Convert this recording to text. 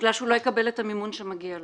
בגלל שהוא לא יקבל את המימון שמגיע לו.